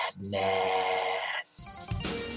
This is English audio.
Madness